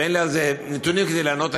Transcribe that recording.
אין לי נתונים כדי לענות.